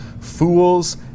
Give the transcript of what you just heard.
Fools